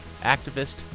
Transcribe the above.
activist